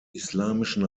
islamischen